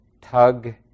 tug